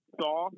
saw